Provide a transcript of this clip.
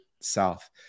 South